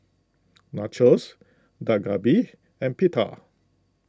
Nachos Dak Galbi and Pita